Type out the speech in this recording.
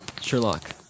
Sherlock